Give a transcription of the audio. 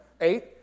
Eight